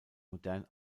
modern